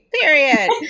period